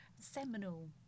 seminal